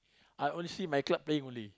I only see my club playing only